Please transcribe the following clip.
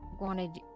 wanted